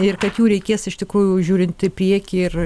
ir kad jų reikės iš tikrųjų žiūrint į priekį ir